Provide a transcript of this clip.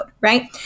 right